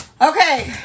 Okay